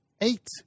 eight